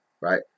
right